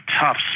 tough